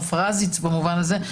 הפרת החיסיון.